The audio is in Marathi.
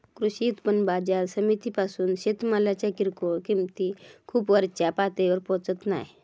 कृषी उत्पन्न बाजार समितीपासून शेतमालाच्या किरकोळ किंमती खूप वरच्या पातळीवर पोचत नाय